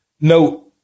no